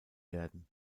werden